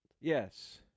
Yes